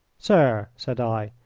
sir, said i,